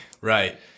Right